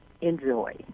enjoy